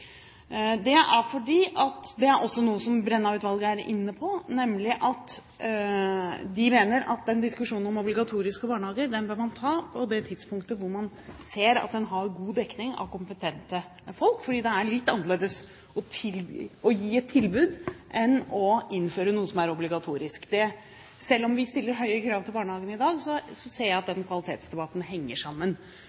Det er også noe som Brenna-utvalget er inne på. De mener at diskusjonen om obligatoriske barnehager bør man ta på det tidspunktet da man ser at en har god dekning av kompetente folk, fordi det er litt annerledes å gi et tilbud enn å innføre noe som er obligatorisk. Selv om vi stiller høye krav til barnehagene i dag, ser jeg at den kvalitetsdebatten henger sammen med spørsmålet om obligatorisk barnehage. Men så er det jo også sånn at